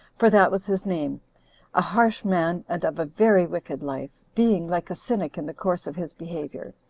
for that was his name a harsh man, and of a very wicked life, being like a cynic in the course of his behavior,